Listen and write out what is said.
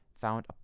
found